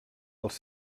als